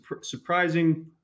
surprising